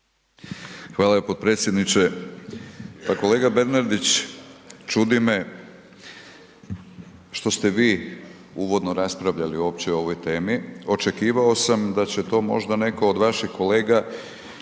Hvala potpredsjedniče. Pa kolega Bernardić čudi me što ste vi uvodno raspravljali opće o ovoj temi, očekivao sam da će to možda netko od vaših kolega